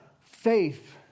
faith